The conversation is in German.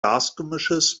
gasgemischs